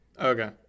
Okay